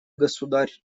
государь